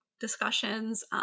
discussions